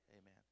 Amen